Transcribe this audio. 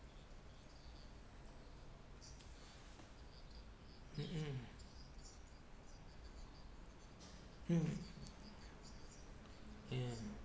mm mm hmm ya